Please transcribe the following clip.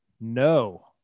No